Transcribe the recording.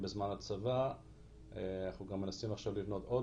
בזמן שבודד חסר עורף